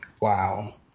wow